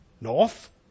north